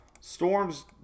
Storms